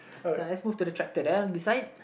now let's move to the tractor then this side